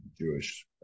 Jewish